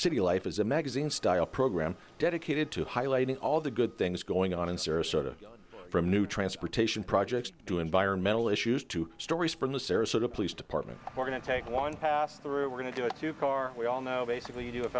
city life is a magazine style program dedicated to highlighting all the good things going on in sarasota from new transportation projects to environmental issues two stories from the sarasota police department we're going to take one pass through we're going to do a two car we all know basically you do